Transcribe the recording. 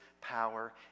power